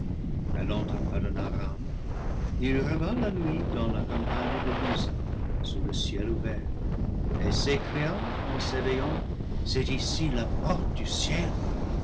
allant à padan aram il rêva la nuit dans la campagne de luza sous le ciel ouvert et s'écria en s'éveillant c'est ici la porte du ciel